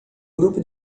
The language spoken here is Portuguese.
grupo